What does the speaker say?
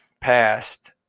passed